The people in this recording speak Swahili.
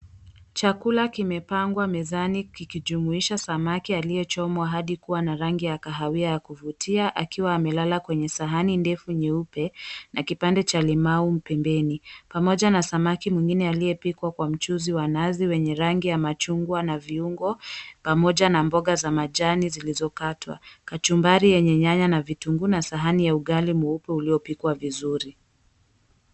Chakula kimepangwa mezani kikijumuisha samaki aliyechomwa hadi kuwa na rangi ya kahawia ya kuvutia akiwa amelala kwenye sahani ndefu nyeupe na kipande cha limau pembeni. Pamoja na samaki mwingine aliyepikwa kwa mchuzi wa nazi wenye rangi ya machungwa na viungo pamoja na mboga za majani zilizokatwa kachumbari yenye nyanya na vitunguu na sahani ya ugali mweupe uliopikwa vizuri.